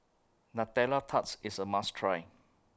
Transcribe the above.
Nutella Tarts IS A must Try